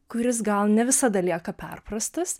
kuris gal ne visada lieka perprastas